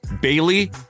Bailey